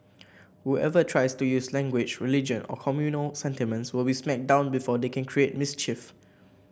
whoever tries to use language religion or communal sentiments will be smacked down before they can create mischief